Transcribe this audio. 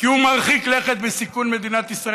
כי הוא מרחיק לכת בסיכון מדינת ישראל